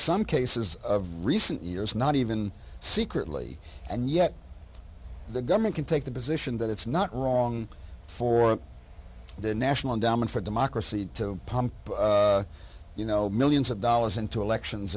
some cases of recent years not even secretly and yet the government can take the position that it's not wrong for the national endowment for democracy to pump you know millions of dollars into elections